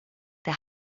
der